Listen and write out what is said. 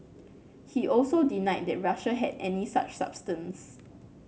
he also denied that Russia had any such substance